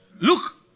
Look